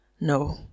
no